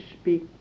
speak